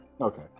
Okay